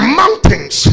mountains